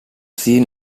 seen